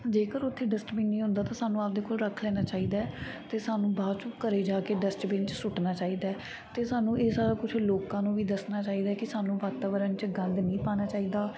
ਜੇਕਰ ਉੱਥੇ ਡਸਟਬਿਨ ਨਹੀਂ ਹੁੰਦਾ ਤਾਂ ਸਾਨੂੰ ਆਪਣੇ ਕੋਲ ਰੱਖ ਲੈਣਾ ਚਾਹੀਦਾ ਹੈ ਅਤੇ ਸਾਨੂੰ ਬਾਅਦ 'ਚੋਂ ਘਰ ਜਾ ਕੇ ਡਸਟਬਿਨ 'ਚ ਸੁੱਟਣਾ ਚਾਹੀਦਾ ਹੈ ਅਤੇ ਸਾਨੂੰ ਇਹ ਸਾਰਾ ਕੁਛ ਲੋਕਾਂ ਨੂੰ ਵੀ ਦੱਸਣਾ ਚਾਹੀਦਾ ਹੈ ਕਿ ਸਾਨੂੰ ਵਾਤਾਵਰਨ 'ਚ ਗੰਦ ਨਹੀਂ ਪਾਉਣਾ ਚਾਹੀਦਾ